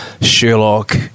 Sherlock